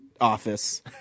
office